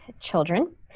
children